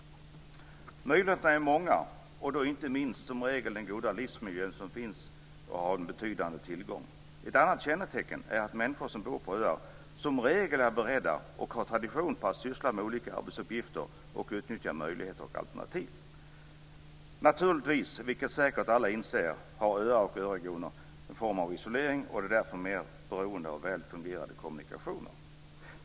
Möjligheterna är många. Inte minst är den goda livsmiljön som finns en betydande tillgång. Ett ytterligare kännetecken är att människor som bor på öar som regel är beredda och har som tradition att syssla med olika arbetsuppgifter och utnyttja möjligheter och alternativ. Naturligtvis, vilket säkert alla inser, har öar och öregioner en form av isolering och är därför mer beroende av väl fungerande kommunikationer.